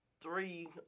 three